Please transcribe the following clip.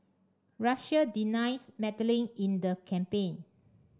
Russia denies meddling in the campaign